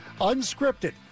unscripted